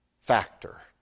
factor